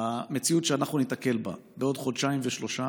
המציאות שאנחנו ניתקל בה בעוד חודשיים ושלושה